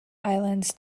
islands